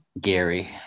Gary